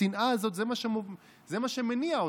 השנאה הזאת זה מה שמניע אותו.